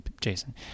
Jason